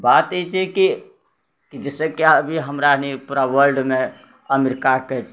बात ई छै कि कि जैसेकि अभी हमराएनी पूरा वर्ल्डमे अमेरीकाके